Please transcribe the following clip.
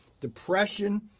depression